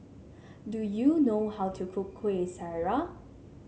do you know how to cook Kueh Syara